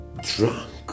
drunk